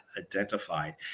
identified